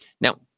Now